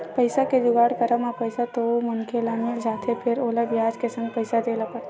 पइसा के जुगाड़ करब म पइसा तो ओ मनखे ल मिल जाथे फेर ओला बियाज के संग पइसा देय ल परथे